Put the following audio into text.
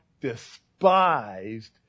despised